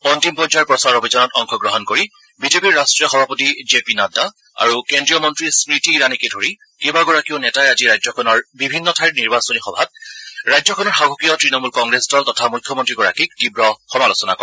অন্তিম পৰ্যায়ৰ প্ৰচাৰ অভিযানত অংশগ্ৰহণ কৰি বিজেপিৰ ৰাট্টীয় সভাপতি জে পি নাড্ডা আৰু কেড্ৰীয় মন্ত্ৰী স্মৃতি ইৰাণীকে ধৰি কেইবাগৰাকীও নেতাই আজি ৰাজ্যখনৰ বিভিন্ন ঠাইৰ নিৰ্বাচনী সভাত ৰাজ্যখনৰ শাসকীয় তৃণমূল কংগ্ৰেছ দল তথা মুখ্যমন্ত্ৰীগৰাকীক তীৱ সমালোচনা কৰে